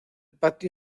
patio